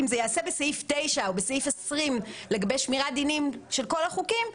אם זה ייעשה בסעיף 9 או בסעיף 20 לגבי שמירת דינים של כל החוקים,